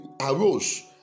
arose